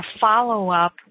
follow-up